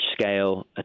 scale